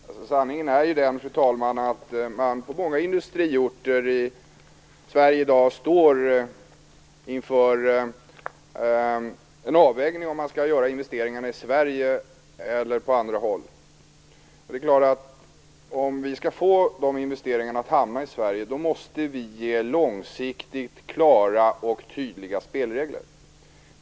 Fru talman! Sanningen är ju att man på många industriorter i Sverige i dag står inför avvägningen om man skall göra investeringarna i Sverige eller på andra håll. Om vi skall få dessa investeringar att hamna i Sverige, måste vi ge långsiktiga, klara och tydliga spelregler.